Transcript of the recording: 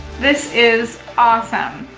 this is awesome,